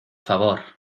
favor